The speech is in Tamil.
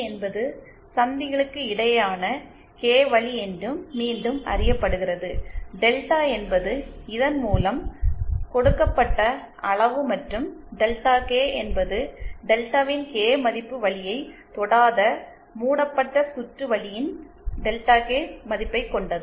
என்பது சந்திகளுக்கு இடையேயான கே வழி என்று மீண்டும் அறியப்படுகிறது டெல்டா என்பது இதன் மூலம் கொடுக்கப்பட்ட அளவு மற்றும் டெல்டா கே என்பது டெல்டாவின் கே மதிப்பு வழியை தொடாத மூடப்பட்ட சுற்று வழியின் டெல்டா கே மதிப்பை கொண்டது